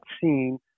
seen